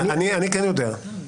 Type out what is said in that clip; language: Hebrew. אני כן יודע.